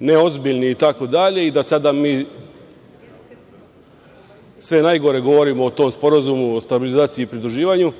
neozbiljni itd, i da sada mi sve najgore govorimo o tom Sporazumu o stabilizaciji i pridruživanju,